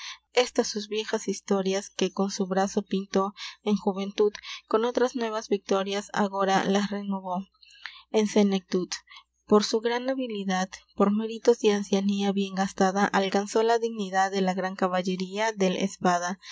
estas sus viejas estorias que con su brao pinto en jouentud con otras nueuas victorias agora las renouo en senectud por su gran abilidad por méritos y anciania bien gastada alcano la dignidad de la gran caualleria del espada